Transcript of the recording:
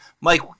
Mike